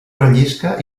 rellisca